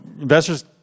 investors